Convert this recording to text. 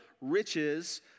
riches